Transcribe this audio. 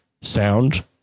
sound